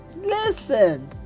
Listen